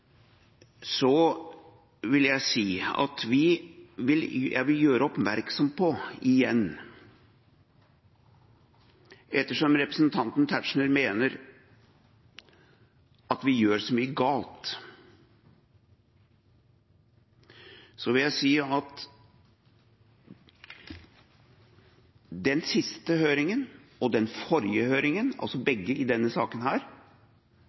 Så vil jeg si og igjen gjøre oppmerksom på – ettersom representanten Tetzschner mener at vi gjør så mye galt – at både den siste høringen og den forrige høringen, altså begge i denne saken,